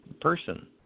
person